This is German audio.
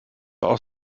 auch